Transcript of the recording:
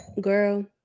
Girl